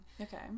Okay